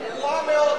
גרועה מאוד.